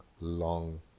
long